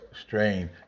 strain